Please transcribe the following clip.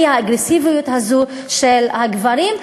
והיא האגרסיביות הזאת של הגברים.